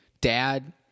Dad